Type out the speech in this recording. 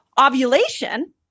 Ovulation